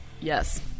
Yes